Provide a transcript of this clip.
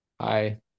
Hi